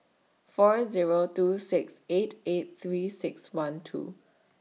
four Zero two six eight eight three six one two